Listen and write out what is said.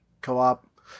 co-op